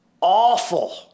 Awful